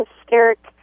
hysteric